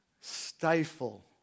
stifle